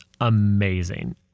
amazing